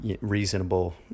reasonable